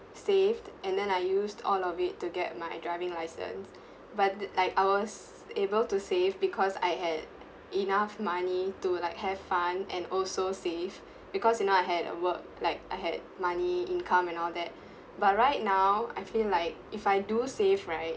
saved and then I used all of it to get my driving license but de~ like I was able to save because I had enough money to like have fun and also safe because you know I had a work like I had money income and all that but right now I feel like if I do save right